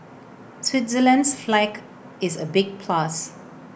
Switzerland's flag is A big plus